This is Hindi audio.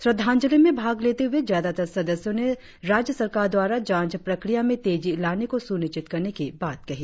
श्रद्धांजलि में भाग लेते हुए ज्यादातर सदस्यों ने राज्य सरकार द्वारा जांच प्रक्रिया में तेजी लाने को सुनिश्चित करने की बात कही